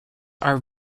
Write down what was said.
are